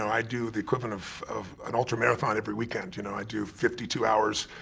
i do the equivalent of of an ultra marathon every weekend. you know, i do fifty two hours.